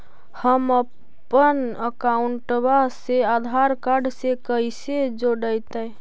हमपन अकाउँटवा से आधार कार्ड से कइसे जोडैतै?